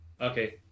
Okay